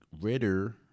Ritter